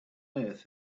earth